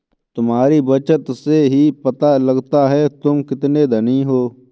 तुम्हारी बचत से ही पता लगता है तुम कितने धनी हो